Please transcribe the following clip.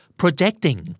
projecting